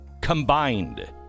combined